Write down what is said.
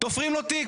תופרים לו תיק,